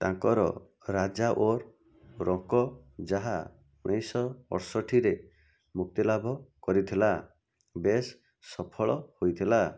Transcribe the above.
ତାଙ୍କର ରାଜା ଔର ରଙ୍କ ଯାହା ଉଣେଇଶହ ଅଡ଼ଷଠିରେ ମୁକ୍ତିଲାଭ କରିଥିଲା ବେଶ୍ ସଫଳ ହୋଇଥିଲା